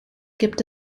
gibt